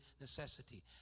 necessity